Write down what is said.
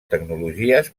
tecnologies